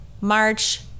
march